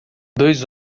dois